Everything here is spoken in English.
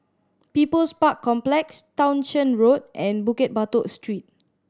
People's Park Complex Townshend Road and Bukit Batok Street